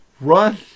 run